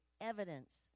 evidence